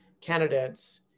candidates